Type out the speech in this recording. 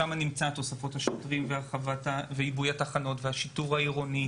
שם נמצאות תוספות השוטרים ועיבוי התחנות והשיטור העירוני